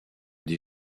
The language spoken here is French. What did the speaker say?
des